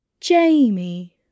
Jamie